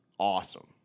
Awesome